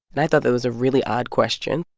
and i thought that was a really odd question,